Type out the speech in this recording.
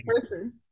person